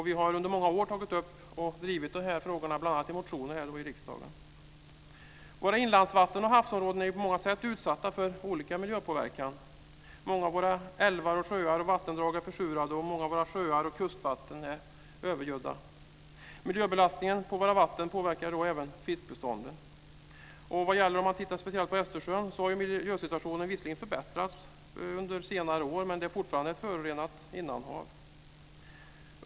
Vi har under många år tagit upp och drivit detta bl.a. i motioner till riksdagen. Våra inlandsvatten och havsområden är på många sätt utsatta för olika miljöpåverkan. Många av våra älvar, sjöar och vattendrag är försurade, och många av våra sjöar och kustvatten är övergödda. Miljöbelastningen på våra vatten påverkar även fiskbeståndet. Om man tittar speciellt på Östersjön kan man se att miljösituationen visserligen har förbättrats under senare år, men det är fortfarande ett förorenat innanhav.